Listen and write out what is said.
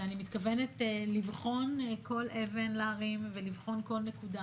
ואני מתכוונת להרים כל אבן ולבחון כל נקודה,